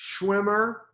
Schwimmer